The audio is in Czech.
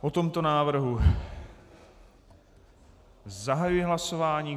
O tomto návrhu zahajuji hlasování.